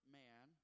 man